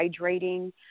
hydrating